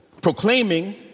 proclaiming